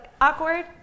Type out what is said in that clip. awkward